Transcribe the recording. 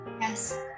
Yes